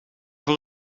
voor